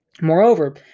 Moreover